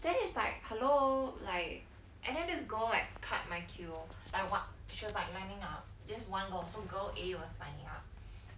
then is like hello like and then this girl right cut my queue I what she was like lining up this one girl so girl A was lining up